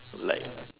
like